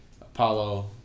Apollo